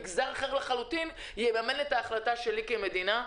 מגזר אחר לחלוטין יממן את ההחלטה שלנו כמדינה.